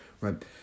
right